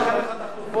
חבר הכנסת דני דנון,